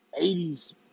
80s